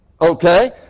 Okay